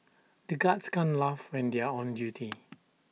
the guards can't laugh when they are on duty